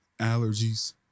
allergies